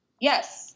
Yes